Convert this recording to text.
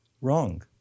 wrong